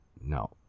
No